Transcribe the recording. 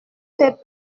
fait